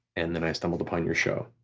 and then i stumbled upon your show,